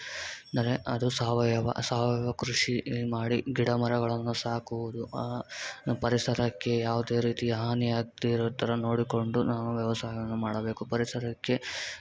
ಅಂದರೆ ಅದು ಸಾವಯವ ಸಾವಯವ ಕೃಷಿ ಮಾಡಿ ಗಿಡ ಮರಗಳನ್ನು ಸಾಕುವುದು ಪರಿಸರಕ್ಕೆ ಯಾವುದೇ ರೀತಿ ಹಾನಿಯಾಗದೆ ಇರೋ ಥರ ನೋಡಿಕೊಂಡು ನಾನು ವ್ಯವಸಾಯವನ್ನು ಮಾಡಬೇಕು ಪರಿಸರಕ್ಕೆ ಕೆ